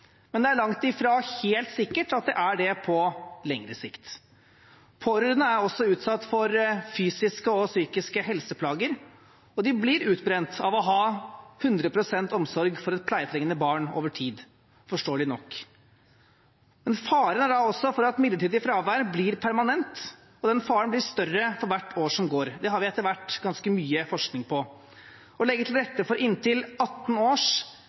men det er langt fra helt sikkert at det er det på lengre sikt. Pårørende er også utsatt for fysiske og psykiske helseplager, og de blir utbrent av å ha 100 pst. omsorg for et pleietrengende barn over tid, forståelig nok. Men det er også en fare for at midlertidig fravær blir permanent, og den faren blir større for hvert år som går. Det har vi etter hvert ganske mye forskning på. Å legge til rette for inntil 18 års